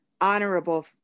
honorable